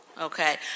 Okay